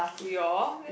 to your